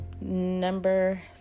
number